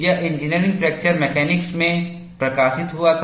यह engineering fracture mechanics में प्रकाशित हुआ था